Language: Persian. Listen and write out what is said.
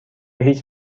هیچ